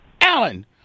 Alan